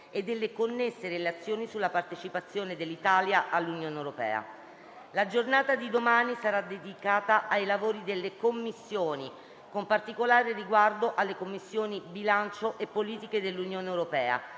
e delle connesse relazioni sulla partecipazione dell'Italia all'Unione europea. La giornata di domani sarà dedicata ai lavori delle Commissioni, con particolare riguardo alle Commissioni bilancio e politiche dell'Unione europea,